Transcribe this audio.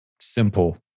simple